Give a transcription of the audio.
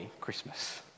Christmas